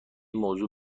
موضوع